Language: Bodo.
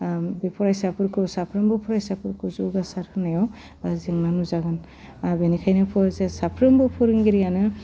फरायसाफोरखौ साफ्रोमबो फरायसाफोरखौ जौगासार होनायाव जेंना नुजागोन बेनिखायनो फरायसा साफ्रोमबो फोरोंगिरियानो